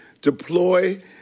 deploy